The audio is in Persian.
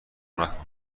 نکن